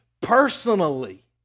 personally